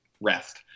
rest